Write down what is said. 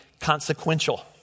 consequential